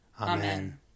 Amen